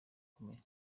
gakomeye